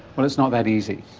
well, it's not that easy,